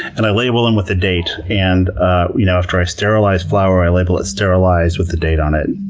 and i label them with a date. and you know after i sterilize flour, i label it sterilized with the date on it,